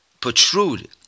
protrude